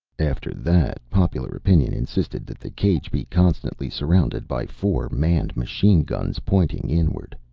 after that, popular opinion insisted that the cage be constantly surrounded by four manned machine-guns pointing inward.